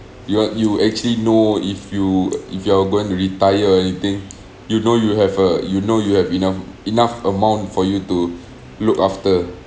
you're you actually know if you if you're going to retire or anything you know you have a you know you have enough enough amount for you to look after